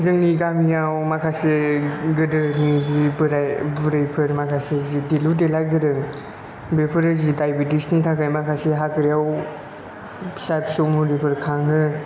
जोंनि गामियाव माखासे गोदो जि बोराय बुरिफोर माखासे जि देलु देला गोरों बेफोरो जि दायबेथिसनि थाखाय माखासे हाग्रायाव फिसा फिसौ मुलिफोर खाङो